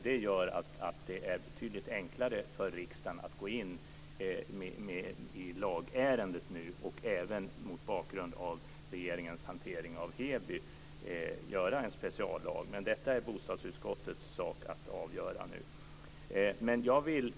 Det gör att det blir betydligt enklare för riksdagen att nu gå in i lagärendet och även mot bakgrund av regeringens hantering av Heby att göra en speciallag. Men detta är bostadsutskottets sak att avgöra.